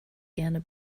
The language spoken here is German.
gerne